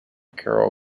carol